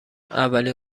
اولین